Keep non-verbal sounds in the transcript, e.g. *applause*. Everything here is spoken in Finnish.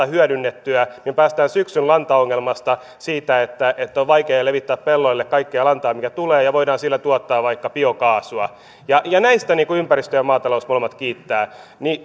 *unintelligible* hyödynnettyä päästään syksyn lantaongelmasta siitä että että on vaikea levittää pelloille kaikkea lantaa mikä tulee ja voidaan sillä tuottaa vaikka biokaasua näistä ympäristö ja maatalous molemmat kiittävät